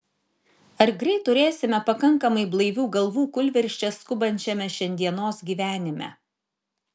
ar greit turėsime pakankamai blaivių galvų kūlvirsčia skubančiame šiandienos gyvenime